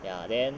ya then